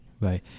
Right